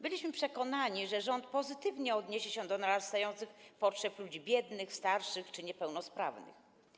Byliśmy przekonani, że rząd pozytywnie odniesie się do narastających potrzeb ludzi biednych, starszych czy niepełnosprawnych.